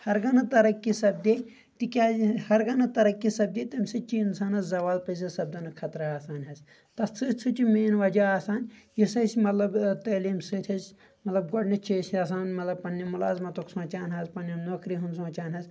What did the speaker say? ہرگاہ نہٕ ترقی سپدیٚیہِ تِکیٛازِ ہرگاہ نہٕ ترقی سپدیٚیہِ تمہِ سۭتۍ چھُ انسانس زوال پٔزیٖر سپدنُک خطرٕ آسان حظ تتھ سۭتۍ سۭتۍ چھُ مین وجہ آسان یُس اسہِ مطلب تعلیٖم سۭتۍ أسۍ مطلب گۄڈٕنٮ۪تھ چھِ أسۍ آسان مطلب پننہِ مُلازمتُک سونٛچان حظ پننہِ نوکری ہُنٛد سونٛچان حظ